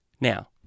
now